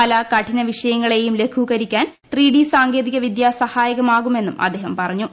പല കഠിന വിഷയങ്ങളേയും ലഘൂകരിക്കാൻ ദ ഡി സാങ്കേതിക വിദ്യ സഹായകമാകുമെന്നും അദ്ദേഹം പറഞ്ഞു